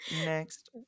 Next